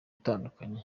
itandukanye